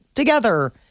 together